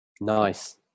Nice